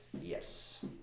Yes